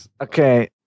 Okay